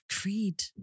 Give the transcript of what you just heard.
Creed